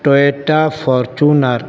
Toyota Fortuner